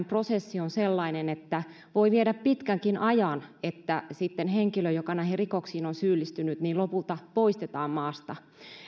prosessi on sellainen että voi viedä pitkänkin ajan että sitten henkilö joka näihin rikoksiin on syyllistynyt lopulta poistetaan maasta